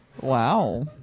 wow